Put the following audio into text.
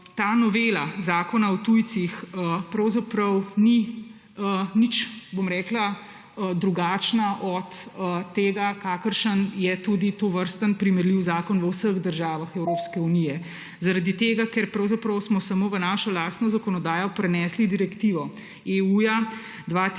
Ta novela Zakona o tujcih pravzaprav ni nič drugačna od tega, kakršen je tudi tovrsten primerljiv zakon v vseh državah Evropske unije, ker pravzaprav smo samo v našo lastno zakonodajo prenesli Direktivo EU 2016/801,